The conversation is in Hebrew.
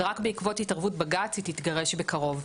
ורק בעקבות התערבות בג"צ היא תתגרש בכבוד.